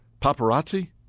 paparazzi